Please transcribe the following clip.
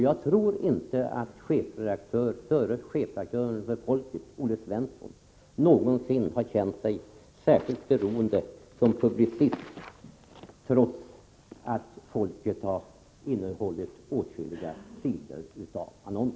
Jag tror inte att förre chefredaktören för Folket, Olle Svensson, någonsin har känt sig särskilt beroende som publicist, trots att Folket har innehållit åtskilliga sidor med annonser.